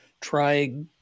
try